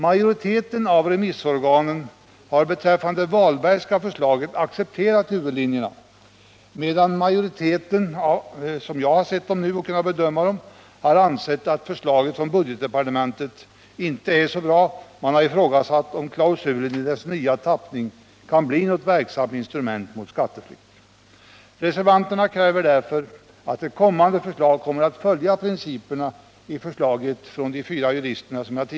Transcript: Majoriteten av remissorganen har accepterat huvudlinjerna i det Walbergska förslaget, medan den såvitt jag kunnat bedöma ansett att förslaget från budgetdepartementet inte är så bra. Man har ifrågasatt om klausulen i dess nya tappning kan bli något verksamt instrument mot skatteflykt. Reservanterna kräver därför att ett kommande förslag följer principerna i förslaget från de fyra juristerna.